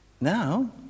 Now